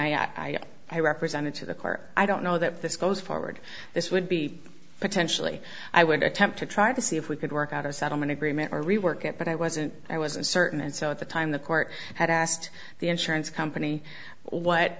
and i represented to the court i don't know that this goes forward this would be potentially i would attempt to try to see if we could work out a settlement agreement or rework it but i wasn't i wasn't certain and so at the time the court had asked the insurance company what